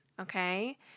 okay